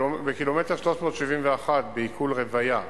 בקילומטר 371, בעיקול רוויה,